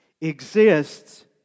exists